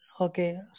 Okay